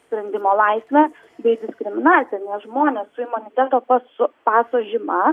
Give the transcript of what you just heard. sprendimo laisvę bei diskriminaciją nes žmonės su imuniteto su pasu paso žyma